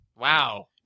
wow